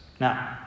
Now